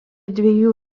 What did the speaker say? dviejų